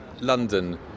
London